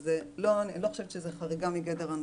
אבל כל זה זה במסגרת הדיון ואני לא חושבת שזאת חריגה מגדר הנושא.